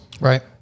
Right